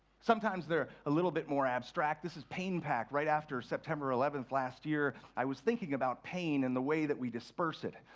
sometimes they're a little bit more abstract. this is pain pack. right after september eleventh, last year, i was thinking about pain and the way that we disperse it,